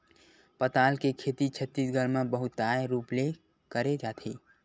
पताल के खेती छत्तीसगढ़ म बहुताय रूप ले करे जाथे